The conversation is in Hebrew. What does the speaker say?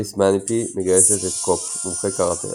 מיס מאניפני מגייסת את "קופ" - מומחה קראטה,